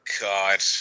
God